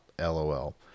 LOL